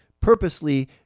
purposely